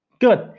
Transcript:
Good